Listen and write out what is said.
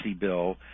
bill